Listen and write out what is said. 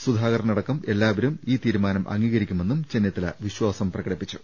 സുധാകരൻ അടക്കം എല്ലാവരും ഈ തീരുമാനം അംഗീകരിക്കുമെന്നും ചെന്നിത്തല വിശ്വാസം പ്രകടിപ്പിച്ചു